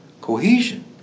cohesion